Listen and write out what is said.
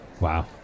Wow